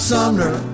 Sumner